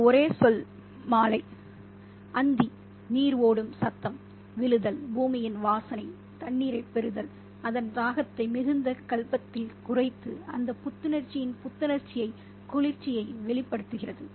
அந்த ஒரே ஒரு சொல் மாலை அந்தி நீர் ஓடும் சத்தம் விழுதல் பூமியின் வாசனை தண்ணீரைப் பெறுதல் அதன் தாகத்தை மிகுந்த கல்பத்தில் குறைத்து அந்த புத்துணர்ச்சியின் புத்துணர்ச்சியை குளிர்ச்சியை வெளியிடுகிறது